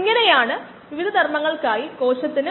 രേഖീയത അവിടെ രണ്ട് വശങ്ങളുണ്ട്